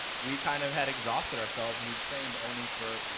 we kind of had exhausted ourselves and we trained only for, you